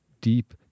deep